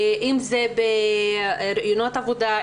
אם זה בראיונות עבודה,